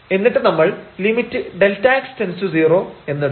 എന്നിട്ട് നമ്മൾ limit Δx→0 എന്നെടുക്കും